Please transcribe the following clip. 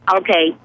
Okay